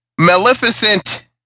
Maleficent